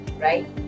right